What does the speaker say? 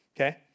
okay